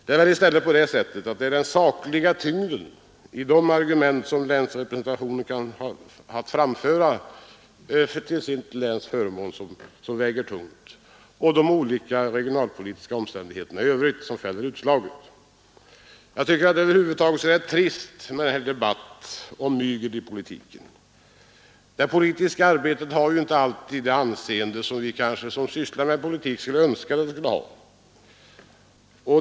Det är väl i stället på det sättet att det är den sakliga tyngden i de argument som en länsrepresentation kan ha att framföra och de regionalpolitiska omständigheterna i övrigt som fäller utslaget. Jag tycker att det över huvud taget är trist med en sådan här debatt om mygel i politiken. Det politiska arbetet har ju inte alltid det anseende som vi som sysslar med politiken skulle önska att det hade.